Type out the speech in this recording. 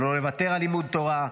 שלא לוותר על לימוד תורה,